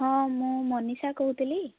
ହଁ ମୁଁ ମନୀଷା କହୁଥିଲି